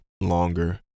longer